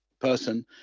person